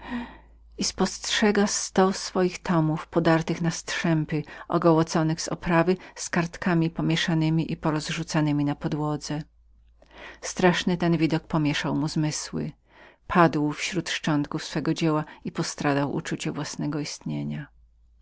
i spostrzega sto swoich tomów podartych na kawałki ogołoconych z oprawy z porozrzucanemi i pomieszanemi kartami na podłodze straszny ten widok pomieszał mu zmysły padł śród szczątków swego dzieła i poztradał uczucie własnego istnienia